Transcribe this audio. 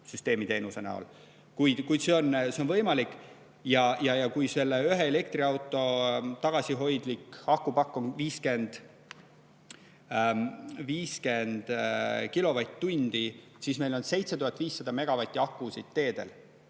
süsteemi teenuse näol, kuid see on võimalik – ja kui ühe elektriauto tagasihoidlik akupank on 50 kilovatt-tundi, siis meil on 7500 megavatti akusid teedel.